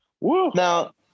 Now